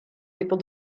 people